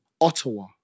Ottawa